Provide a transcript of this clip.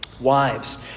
Wives